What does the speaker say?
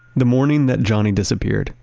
the morning that johnny disappeared,